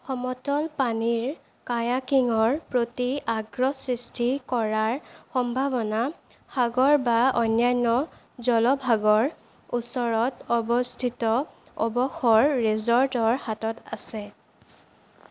সমতল পানীৰ কায়াকিঙৰ প্ৰতি আগ্ৰহ সৃষ্টি কৰাৰ সম্ভাৱনা সাগৰ বা অন্যান্য জলভাগৰ ওচৰত অৱস্থিত অৱসৰ ৰিজৰ্টৰ হাতত আছে